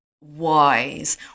wise